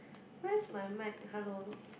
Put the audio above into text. where's my mic hello